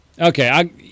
Okay